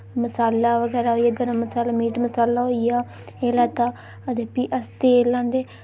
मसाला बगैरा होइया गर्म मसाला मीट मसाला होइया एह् लैता ते फ्ही अस तेल लैंदे